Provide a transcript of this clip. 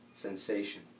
sensation